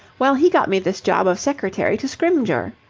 well, he got me this job of secretary to scrymgeour.